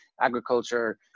agriculture